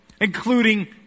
including